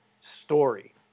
story